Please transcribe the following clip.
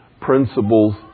principle's